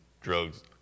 drugs